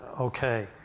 Okay